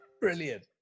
Brilliant